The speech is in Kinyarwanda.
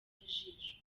ijisho